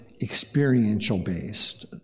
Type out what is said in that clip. experiential-based